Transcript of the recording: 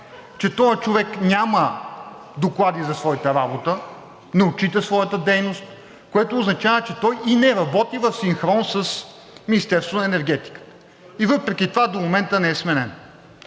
че този човек няма доклади за своята работа, не отчита своята дейност, което означава, че той и не работи в синхрон с Министерството на енергетиката и въпреки това до момента не е сменен.